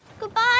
Goodbye